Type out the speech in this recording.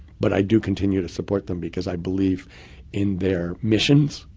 but i do continue to support them because i believe in their missions.